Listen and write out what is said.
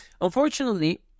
Unfortunately